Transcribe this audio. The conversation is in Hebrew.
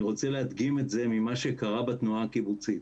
אני רוצה להדגים את זה ממה שקרה בתנועה הקיבוצית.